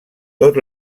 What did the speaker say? tot